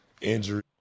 injury